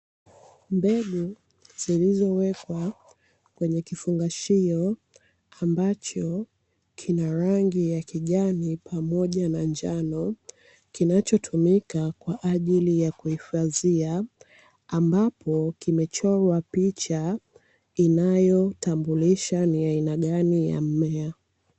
Mbegu zilizowekwa kwenye kifungashio ambacho kina rangi ya kijani pamoja na njano, kinachotumika kwa ajili ya kuhifadhia, ambapo kimechorwa picha inayotambulisha ni aina gani ya mmea.